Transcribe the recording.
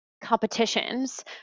competitions